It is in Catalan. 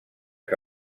que